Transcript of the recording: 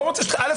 א,